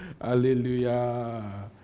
Hallelujah